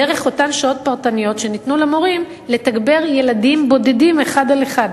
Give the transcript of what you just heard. דרך אותן שעות פרטניות שניתנו למורים לתגבר ילדים בודדים אחד על אחד.